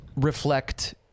reflect